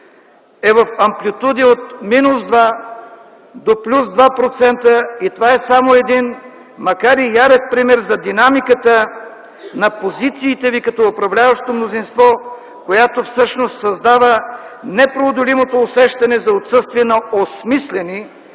е в амплитуди от минус два до плюс два процента, и това е само един макар и ярък пример за динамиката на позициите ви като управляващо мнозинство, която всъщност създава непреодолимото усещане за отсъствие на осмислени